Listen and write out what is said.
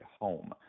home